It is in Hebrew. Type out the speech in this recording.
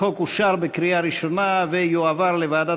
הצעת החוק אושרה בקריאה ראשונה ותועבר לוועדת